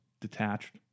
detached